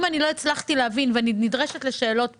אם לא הצלחתי להעביר ואני נדרשת לשאלות כאן,